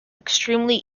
extremely